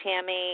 Tammy